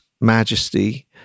Majesty